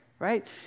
Right